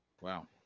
Wow